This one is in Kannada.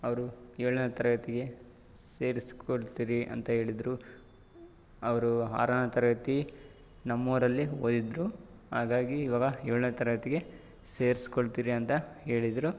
ಅವರು ಏಳನೇ ತರಗತಿಗೆ ಸೇರ್ಸ್ಕೊಳ್ತೀರಿ ಅಂತ ಹೇಳಿದರು ಅವರು ಆರನೇ ತರಗತಿ ನಮ್ಮೂರಲ್ಲಿ ಓದಿದರು ಹಾಗಾಗಿ ಇವಾಗ ಏಳನೇ ತರಗತಿಗೆ ಸೇರ್ಸ್ಕೊಳ್ತೀರಿ ಅಂತ ಹೇಳಿದರು